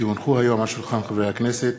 כי הונחו היום על שולחן הכנסת,